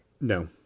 No